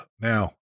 Now